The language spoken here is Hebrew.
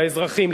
לאזרחים,